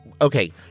Okay